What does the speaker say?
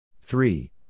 Three